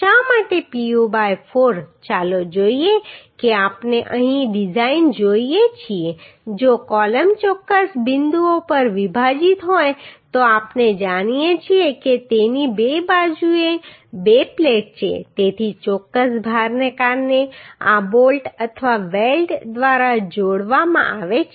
શા માટે Pu by 4 ચાલો જોઈએ કે આપણે અહીં ડિઝાઇન જોઈએ છીએ જો કૉલમ ચોક્કસ બિંદુઓ પર વિભાજિત હોય તો આપણે જાણીએ છીએ કે તેની બે બાજુએ બે પ્લેટ છે તેથી ચોક્કસ ભારને કારણે આ બોલ્ટ અથવા વેલ્ડ દ્વારા જોડવામાં આવે છે